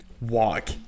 walk